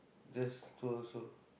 just tour also